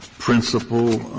principle